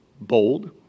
bold